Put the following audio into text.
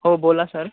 हो बोला सर